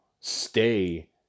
stay